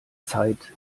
zeit